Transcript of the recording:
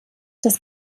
das